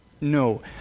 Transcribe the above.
No